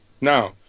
Now